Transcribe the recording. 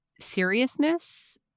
seriousness